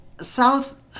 South